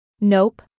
Nope